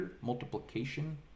Multiplication